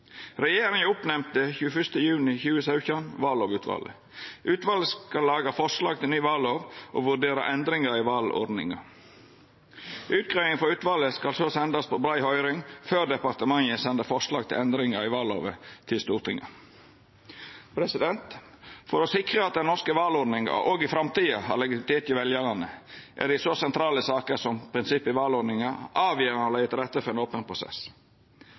Regjeringa oppnemnde vallovutvalet den 21. juni 2017. Utvalet skal laga forslag til ny vallov og vurdera endringar i valordninga. Utgreiinga frå utvalet skal så sendast på ei brei høyring før departementet sender forslag til endringar i vallova til Stortinget. For å sikra at den norske valordninga òg i framtida har legitimitet hos veljarane, er det i så sentrale saker som prinsipp i valordninga avgjerande å leggja til rette for ein open prosess.